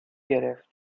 گرفت